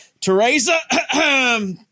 Teresa